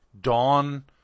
Dawn